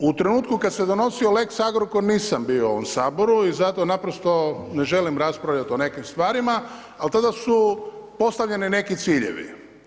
U trenutku kad se donosio lex Agrokor nisam bio u ovom Saboru i zato naprosto ne želim raspravljati o nekim stvarima ali tada su postavljeni neki ciljevi.